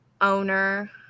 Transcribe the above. owner